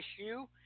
issue